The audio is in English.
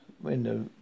window